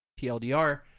TLDR